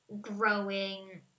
growing